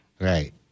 Right